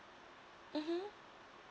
mmhmm